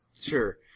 Sure